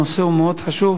הנושא מאוד חשוב.